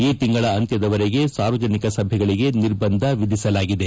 ಈ ತಿಂಗಳ ಅಂತ್ಯದ ವರೆಗೆ ಸಾರ್ವಜನಿಕ ಸಭೆಗಳಿಗೆ ನಿರ್ಬಂಧ ವಿಧಿಸಲಾಗಿದೆ